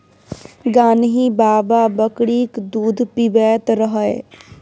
गान्ही बाबा बकरीक दूध पीबैत रहय